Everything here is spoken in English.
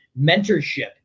mentorship